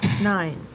Nine